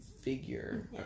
figure